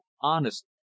honest